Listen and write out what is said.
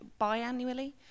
biannually